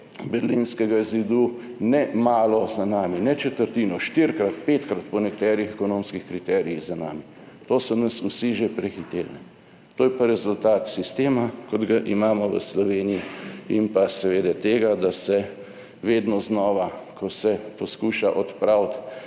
berlinskega zidu ne malo za nami, ne četrtino, štirikrat, petkrat po nekaterih ekonomskih kriterijih za nami. To so nas vsi že prehiteli, to je pa rezultat sistema kot ga imamo v Sloveniji in pa seveda tega, da se vedno znova, ko se poskuša odpraviti